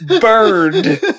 burned